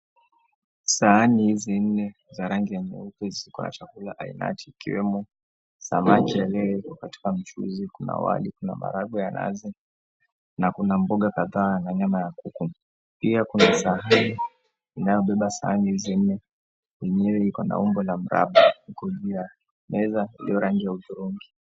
Sahani hizi nne za rangi nyeupe ziko na chakula ainati ikiwemo samaki iliyowekwa katika mchuzi kuna wali kuna maragwe ya nazi na kuna mboga kadhaa na nyama ya kuku pia kuna sahani inayobeba sahani hizi nne yenyewe iko na umbo ya maraba iko juu ya meza ya rangi ya hudhurungi.